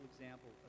example